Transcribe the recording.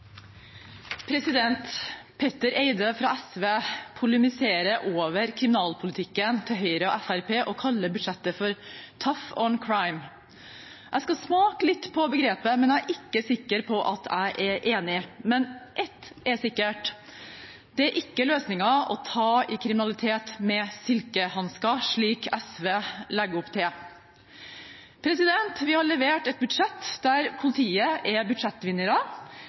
Petter Eide fra SV polemiserer over kriminalpolitikken til Høyre og Fremskrittspartiet og kaller budsjettet «tough on crime». Jeg skal smake litt på begrepet, men jeg er ikke sikker på at jeg er enig. Men ett er sikkert: Det er ikke løsningen å ta i kriminalitet med silkehansker, slik SV legger opp til. Vi har levert et budsjett der politiet er budsjettvinnere,